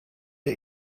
der